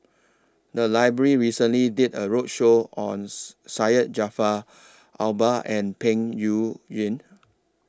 The Library recently did A roadshow on Syed Jaafar Albar and Peng Yuyun